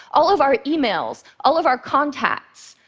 all of our emails, all of our contacts,